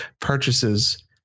purchases